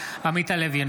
אינו נוכח עמית הלוי,